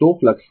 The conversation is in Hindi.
तो फ्लक्स